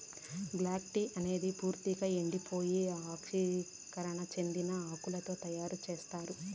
black tea అనేది పూర్తిక ఎండిపోయి ఆక్సీకరణం చెందిన ఆకులతో తయారు చేత్తారు